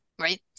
right